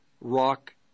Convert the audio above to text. rock